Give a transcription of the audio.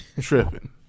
Tripping